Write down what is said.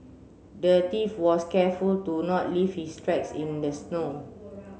the thief was careful to not leave his tracks in the snow